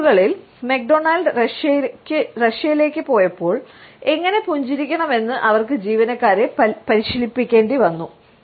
എൺപതുകളിൽ McDonald റഷ്യയിലേക്ക് പോയപ്പോൾ എങ്ങനെ പുഞ്ചിരിക്കണമെന്ന് അവർക്ക് ജീവനക്കാരെ പരിശീലിപ്പിക്കേണ്ടിവന്നു